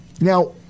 Now